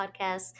podcast